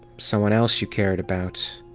someone-else you cared about,